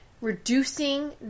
reducing